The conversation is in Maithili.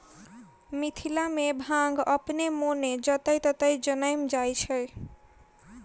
मिथिला मे भांग अपने मोने जतय ततय जनैम जाइत अछि